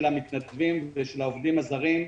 המתנדבים ושל העובדים הזרים בחקלאות.